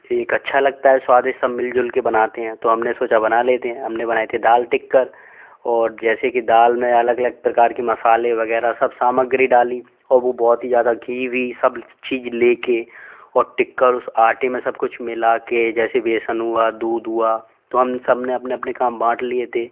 एक अच्छा लगता है स्वाद ये सब मिल जुल के बनाते हैं तो हम ने सोचा बना लेते हैं हम ने बनाई थी दाल टिक्कर और जैसे कि दाल में अलग अलग प्रकार कि मशाले वग़ैरह सब सामग्री डाली और वो बहुत ही ज़्यादा घी वी सब चीज़ ले के और टिक्कर उस आटे में सब कुछ मिला के जैसे बेसन हुआ दूध हुआ तो हम सब ने अपने अपने काम बाँट लिए थे